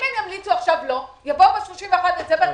אם הם ימליצו עכשיו שלא, יבואו ב-31 בדצמבר